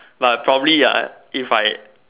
but I probably ya ah if I